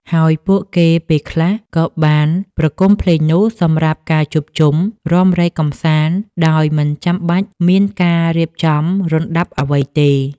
ហើយពួកគេពេលខ្លះក៏បានប្រគំភ្លេងនោះសម្រាប់ការជួបជុំរាំរែកកម្សាន្ដដោយមិនចាំបាច់មានការរៀបចំរណ្ដាប់អ្វីទេ។